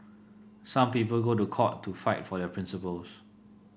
some people go to court to fight for their principles